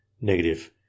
negative